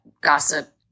gossip